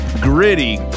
gritty